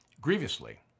grievously